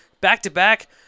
Back-to-back